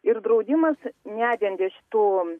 ir draudimas nedengia šitų